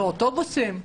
באוטובוסים,